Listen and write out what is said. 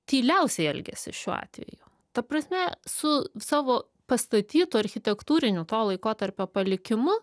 tyliausiai elgiasi šiuo atveju ta prasme su savo pastatytu architektūriniu to laikotarpio palikimu